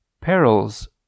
perils